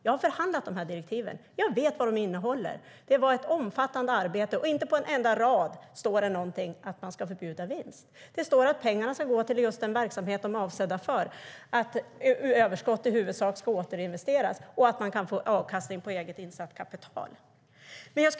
Jag har förhandlat om direktiven och vet vad de innehåller. Det var ett omfattande arbete, och inte på en enda rad står det något om att vinst ska förbjudas. Det står att pengarna ska gå till just den verksamhet de är avsedda för, att överskott i huvudsak ska återinvesteras och att man kan få avkastning på eget insatt kapital.